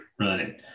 running